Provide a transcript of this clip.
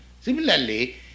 Similarly